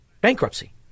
bankruptcy